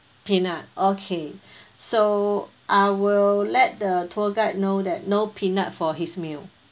peanut okay so I will let the tour guide know that no peanut for his meal